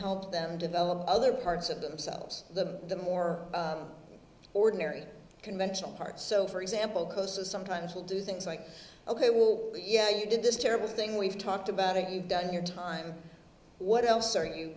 help them develop other parts of themselves the more ordinary conventional part so for example closer sometimes will do things like ok will yeah you did this terrible thing we've talked about it you've done your time what else are you